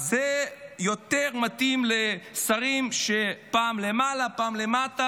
אז זה יותר מתאים לשרים שפעם למעלה פעם למטה,